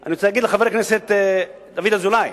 אני רוצה להגיד לחבר הכנסת דוד אזולאי,